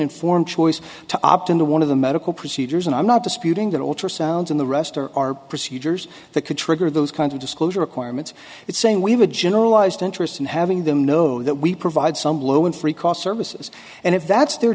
informed choice to opt into one of the medical procedures and i'm not disputing that ultrasound and the rest are procedures that could trigger those kinds of disclosure requirements it's saying we have a generalized interest in having them know that we provide some low in free cost services and if that's their